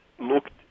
looked